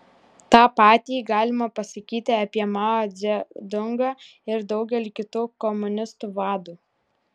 tą patį galima pasakyti apie mao dzedungą ir daugelį kitų komunistų vadų